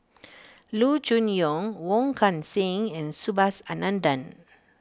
Loo Choon Yong Wong Kan Seng and Subhas Anandan